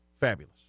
fabulous